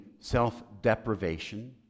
self-deprivation